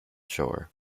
shore